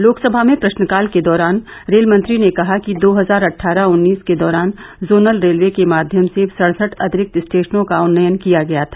लोकसभा में प्रश्न काल के दौरान रेलमंत्री ने कहा कि दो हजार अट्ठारह उन्नीस के दौरान जोनल रेलवे के माध्यम से सड़सठ अतिरिक्त स्टेशनों का उन्नयन किया गया था